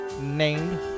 named